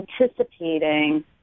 anticipating